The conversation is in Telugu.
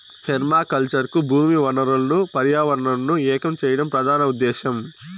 పెర్మాకల్చర్ కు భూమి వనరులను పర్యావరణంను ఏకం చేయడం ప్రధాన ఉదేశ్యం